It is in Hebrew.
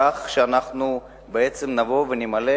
וכך בעצם נבוא ונמלא